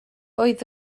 oedd